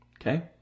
Okay